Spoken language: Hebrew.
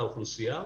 אוכלוסייה,